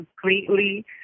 completely